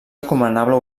recomanable